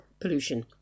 pollution